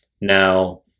Now